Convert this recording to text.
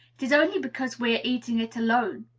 it is only because we are eating it alone.